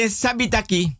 sabitaki